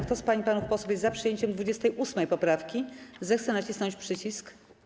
Kto z pań i panów posłów jest za przyjęciem 28. poprawki, zechce nacisnąć przycisk.